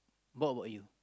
what about you